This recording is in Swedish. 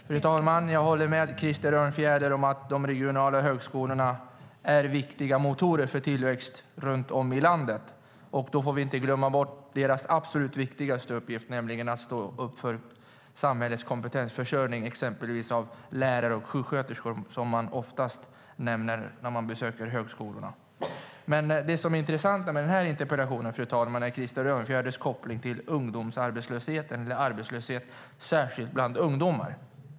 Fru talman! Jag håller med Krister Örnfjäder om att de regionala högskolorna är viktiga motorer för tillväxt runt om i landet. Då får vi inte glömma bort deras absolut viktigaste uppgift, nämligen att stå upp för samhällets kompetensförsörjning, exempelvis av lärare och sjuksköterskor, som oftast nämns när man besöker högskolorna. Men det intressanta med denna interpellation är Krister Örnfjäders koppling till arbetslösheten, särskilt bland ungdomar.